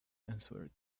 answered